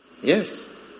Yes